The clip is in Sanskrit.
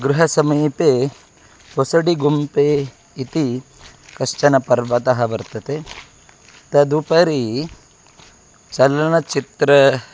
गृहसमीपे होसडिगुम्पे इति कश्चन पर्वतः वर्तते तदुपरि चलनचित्रं